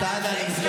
תתביישי.